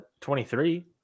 23